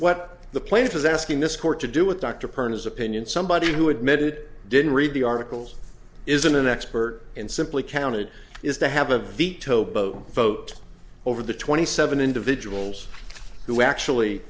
what the plaintiff was asking this court to do with dr per his opinion somebody who admitted didn't read the articles isn't an expert and simply counted is to have a veto both vote over the twenty seven individuals who actually